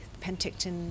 Penticton